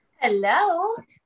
hello